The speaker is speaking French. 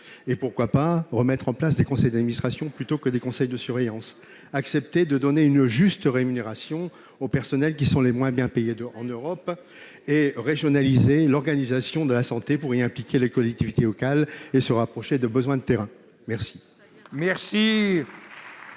et, pourquoi pas, remettre en place des conseils d'administration plutôt que des conseils de surveillance, accepter de donner une juste rémunération aux personnels qui sont les moins bien payés en Europe et régionaliser l'organisation de la santé pour y impliquer les collectivités locales et se rapprocher des besoins de terrain. La